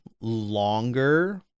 longer